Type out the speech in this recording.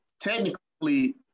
technically